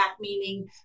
meaning